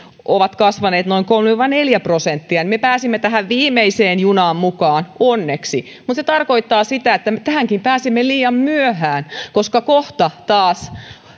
ovat kasvaneet noin kolme viiva neljä prosenttia me pääsimme tähän viimeiseen junaan mukaan onneksi mutta se tarkoittaa sitä että tähänkin pääsimme liian myöhään koska kohta taas